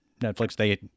Netflix—they